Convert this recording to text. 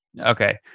Okay